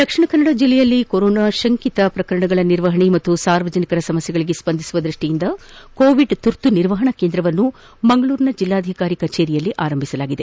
ದಕ್ಷಿಣಕನ್ನಡ ಜಿಲ್ಲೆಯಲ್ಲಿ ಕೊರೊನಾ ಶಂಕಿತ ಪ್ರಕರಣಗಳ ನಿರ್ವಹಣೆ ಹಾಗೂ ಸಾರ್ವಜನಿಕರ ಸಮಸ್ತೆಗಳಿಗೆ ಸ್ಪಂದಿಸುವ ದೃಷ್ಟಿಯಿಂದ ಕೋವಿಡ್ ಶುರ್ತು ನಿರ್ವಹಣಾ ಕೇಂದ್ರವನ್ನು ಮಂಗಳೂರಿನ ಜಿಲ್ಲಾಧಿಕಾರಿ ಕಚೇರಿಯಲ್ಲಿ ಆರಂಭಿಸಲಾಗಿದೆ